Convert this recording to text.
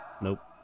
Nope